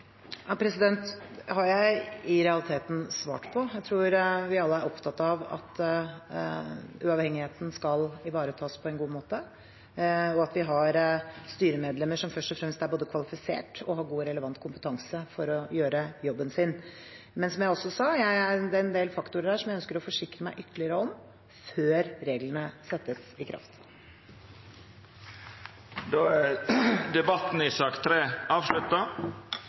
har jeg i realiteten svart på. Jeg tror vi alle er opptatt av at uavhengigheten skal ivaretas på en god måte, og at vi har styremedlemmer som først og fremst er både kvalifisert og har god og relevant kompetanse for å gjøre jobben sin. Men som jeg også sa, er det en del faktorer her som jeg ønsker å forsikre meg ytterligere om før reglene settes i kraft. Fleire har ikkje bede om ordet til sak